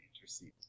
intercede